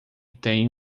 tem